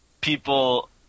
people